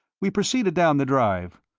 we proceeded down the drive.